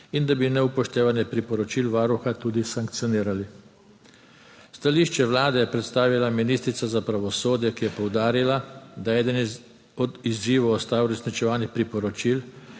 in da bi neupoštevanje priporočil Varuha tudi sankcionirali. Stališče Vlade je predstavila ministrica za pravosodje, ki je poudarila, da je eden od izzivov ostal uresničevanje priporočil,